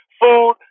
food